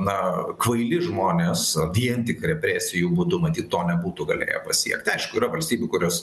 na kvaili žmonės vien tik represijų būdu matyt to nebūtų galėję pasiekti aišku yra valstybių kurios